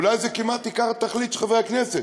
זה אולי עיקר התכלית של חברי הכנסת,